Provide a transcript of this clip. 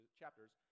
chapters